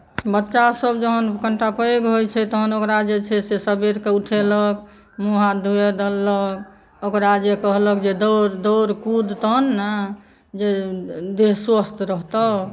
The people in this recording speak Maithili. बच्चा सभ कनिटा पैघ होइ छै तहन ओकरा जे छै से सवेरके उठेलहुँ मुँह हाथ धो देलहुँ ओकरा जे कहलक जे दौड़ दौड़ कुद तहन ने जे देह स्वस्थ्य रहतौ